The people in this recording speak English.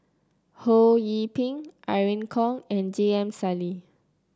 Ho Yee Ping Irene Khong and J M Sali